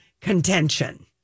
contention